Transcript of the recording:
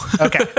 Okay